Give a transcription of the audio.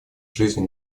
жизни